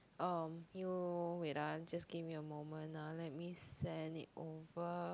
oh you wait ah just give me a moment ah let me send it over